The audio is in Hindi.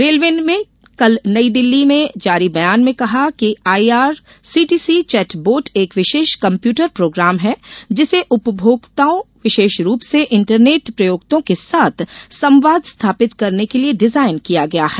रेलवे ने कल नई दिल्लीर में जारी बयान में कहा कि आईआरसीटीसी चैटबोट एक विशेष कम्यपटर प्रोग्राम है जिसे उपभोक्ताओं विशेष रूप से इंटरनेट प्रयोक्तो के साथ संवाद स्थापित करने के लिए डिजाइन किया गया है